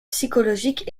psychologique